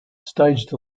staged